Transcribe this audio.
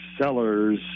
sellers